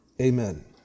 Amen